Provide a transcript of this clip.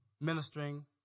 ministering